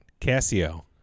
Casio